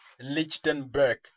Lichtenberg